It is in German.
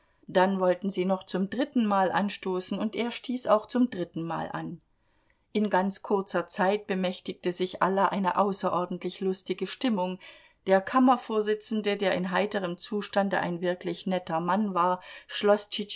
dann wollten sie noch zum drittenmal anstoßen und er stieß auch zum drittenmal an in ganz kurzer zeit bemächtigte sich aller eine außerordentlich lustige stimmung der kammervorsitzende der in heiterem zustande ein wirklich netter mann war schloß